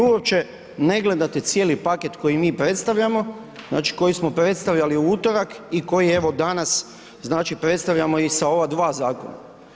Vi uopće ne gledate cijeli pakt koji mi predstavljamo, znači koji smo predstavljali u utorak i koji evo danas znači predstavljamo i sa ova dva zakona.